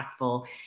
impactful